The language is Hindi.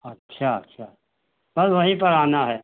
अच्छा अच्छा वहीं पर आना है